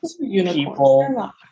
people